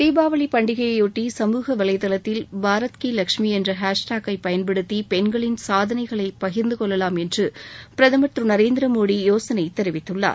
தீபாவளி பண்டிகையையாட்டி சமூக வளைதளத்தில் பாரத் கீ லக்ஷ்மி என்ற ஹேஷ்டாகை பயன்படுத்தி பெண்களின் சாதனைகளின் பகிர்ந்து கொள்ளலாம் என்று பிரதமர் திரு நரேந்திரமோடி யோசனை தெரிவித்தள்ளார்